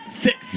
six